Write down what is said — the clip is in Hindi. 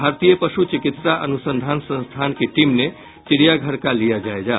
भारतीय पशु चिकित्सा अनुसंधान संस्थान की टीम ने चिड़ियाघर का लिया जायजा